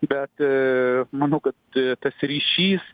bet manau kad tas ryšys